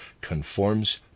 conforms